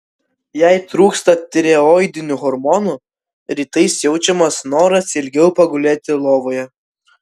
jei trūksta tireoidinių hormonų rytais jaučiamas noras ilgiau pagulėti lovoje